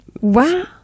Wow